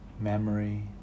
memory